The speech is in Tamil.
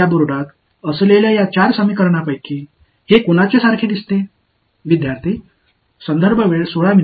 எனவே போர்டில் உள்ள இந்த நான்கு சமன்பாடுகளிலிருந்து இது எதுவாக இருக்கும்